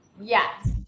Yes